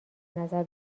نظر